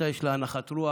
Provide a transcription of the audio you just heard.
מתי יש לה נחת רוח,